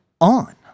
on